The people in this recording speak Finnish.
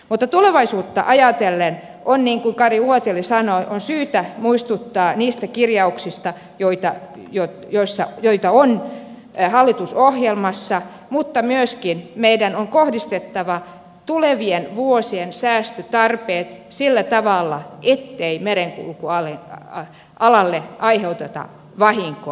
mutta tulevaisuutta ajatellen on niin kuin kari uotila sanoi syytä muistuttaa niistä kirjauksista joita on hallitusohjelmassa mutta myöskin meidän on kohdistettava tulevien vuosien säästötarpeet sillä tavalla ettei merenkulkualalle aiheuteta vahinkoa